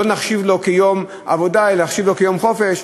לא נחשיב לו כיום עבודה אלא נחשיב לו כיום חופש,